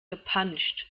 gepanscht